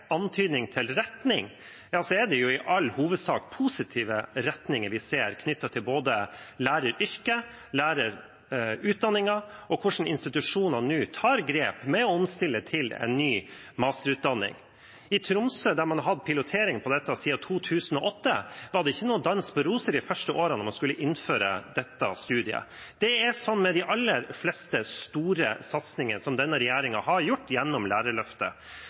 antydning til retning, er det i all hovedsak positive retninger vi ser, for både læreryrket, lærerutdanningen og med tanke på hvordan institusjonene nå tar grep for å omstille til en ny masterutdanning. I Tromsø, hvor man har hatt pilotering på dette siden 2008, var det ikke noen dans på roser de første årene, da man skulle innføre dette studiet. Det har vært slik med de aller fleste store satsinger som denne regjeringen har gjort gjennom lærerløftet.